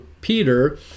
Peter